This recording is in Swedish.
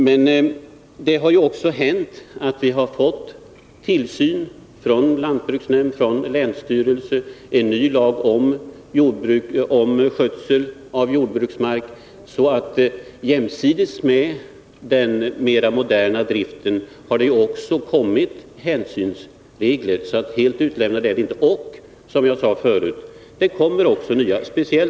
Men det har också hänt sådant som att vi har fått en tillsyn från lantbruksnämnderna och länsstyrelsen och en ny lag om skötsel av jordbruksmark. Det har alltså jämsides med den moderna driften också kommit hänsynsregler, så vi är inte helt utlämnade. Som jag sade förut kommer det också nya regler.